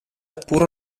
pur